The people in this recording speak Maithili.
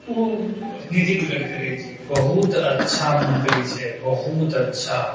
तऽ उ नितिन गडकरी जी बहुत अच्छा मन्त्री छै बहुत अच्छा